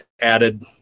added